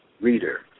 reader